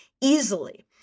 easily